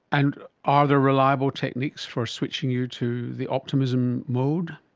and are there reliable techniques for switching you to the optimism mode?